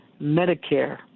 Medicare